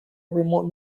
remote